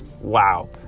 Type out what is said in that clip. Wow